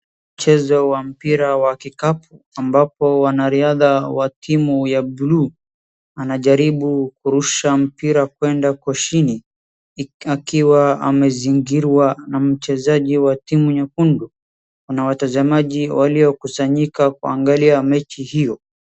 Mchezo wa mpira wa kikapu, ambapo wanariadha wa timu ya blue anajaribu kurusha mpira kuenda huko shini, akiwa amezingirwa na mchezaji wa timu nyekundu. Kuna watazamaji waliokusanyika kuangalia mechi hiyo.